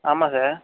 ஆமாம் சார்